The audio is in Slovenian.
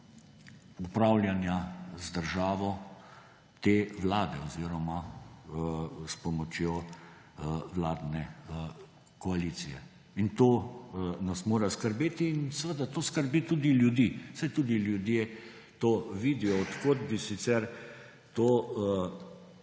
upravljanja te vlade z državo oziroma s pomočjo vladne koalicije. In to nas mora skrbeti. In seveda to skrbi tudi ljudi. Saj tudi ljudje to vidijo, od kod bi sicer to